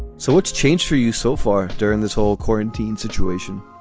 so what's changed for you so far during this whole quarantine situation?